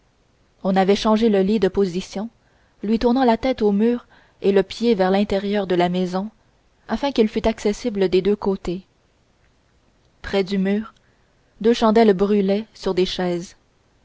on avait changé le lit de position lui tournant la tête au mur et le pied vers l'intérieur de la maison afin qu'il fût accessible des deux côtés près du mur deux chandelles brûlaient sur des chaises